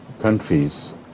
countries